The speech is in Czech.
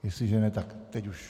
Jestliže ne, tak teď už...